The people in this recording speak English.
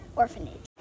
orphanage